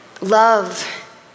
love